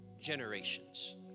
Generations